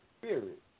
spirit